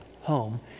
home